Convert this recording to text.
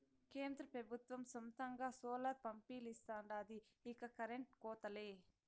కేంద్ర పెబుత్వం సొంతంగా సోలార్ పంపిలిస్తాండాది ఇక కరెంటు కోతలే